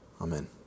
Amen